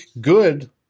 good